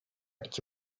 iki